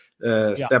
Step